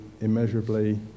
immeasurably